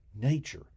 nature